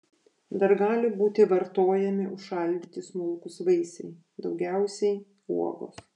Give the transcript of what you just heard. dar gali būti vartojami užšaldyti smulkūs vaisiai daugiausiai uogos